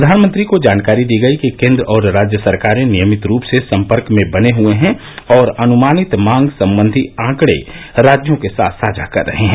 प्रधानमंत्री को जानकारी दी गई कि केंद्र और राज्य सरकारें नियमित रूप से संपर्क में बने हुए हैं और अनुमानित मांग संबंधी आंकड़े राज्यों के साथ साझा कर रहे हैं